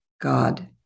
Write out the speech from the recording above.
God